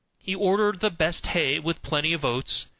he ordered the best hay with plenty of oats,